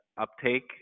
uptake